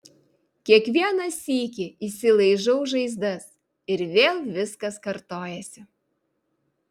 kiekvieną sykį išsilaižau žaizdas ir vėl viskas kartojasi